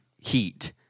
heat